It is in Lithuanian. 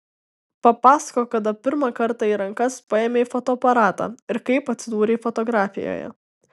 papasakok kada pirmą kartą į rankas paėmei fotoaparatą ir kaip atsidūrei fotografijoje